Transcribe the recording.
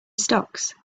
stocks